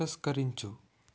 తిరస్కరించు